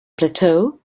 plateau